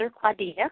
Claudia